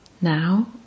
Now